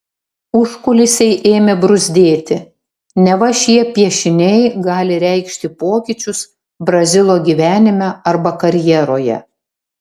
užkulisiai ėmė bruzdėti neva šie piešiniai gali reikšti pokyčius brazilo gyvenime arba karjeroje